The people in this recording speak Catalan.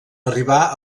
arribar